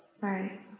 right